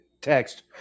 text